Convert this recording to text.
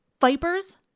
Vipers